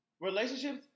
Relationships